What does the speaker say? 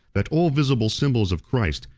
that all visible symbols of christ,